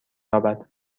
یابد